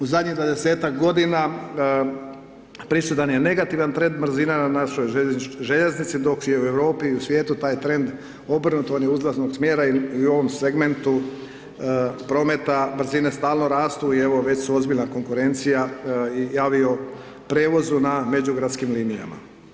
U zadnjih 20-ak godina prisutan je negativan trend brzina na našoj željeznici dok je u Europi i u svijetu taj trend obrnuto, on je uzlaznog smjera i u ovom segmentu prometa brzine stalno rastu i evo već su ozbiljna konkurencija i avioprijevozu na međugradskim linijama.